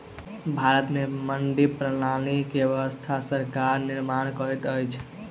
भारत में मंडी प्रणाली के व्यवस्था सरकार निर्माण करैत अछि